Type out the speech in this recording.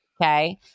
Okay